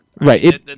Right